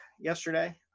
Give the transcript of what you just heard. yesterday